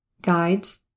guides